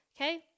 Okay